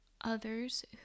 others